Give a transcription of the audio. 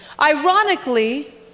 Ironically